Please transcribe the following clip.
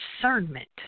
discernment